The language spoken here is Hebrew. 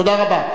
תודה רבה.